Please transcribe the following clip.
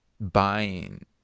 buying